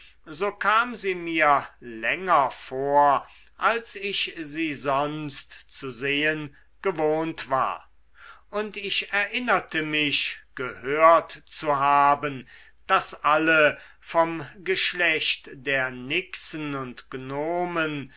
so kam sie mir länger vor als ich sie sonst zu sehen gewohnt war und ich erinnerte mich gehört zu haben daß alle vom geschlecht der nixen und gnomen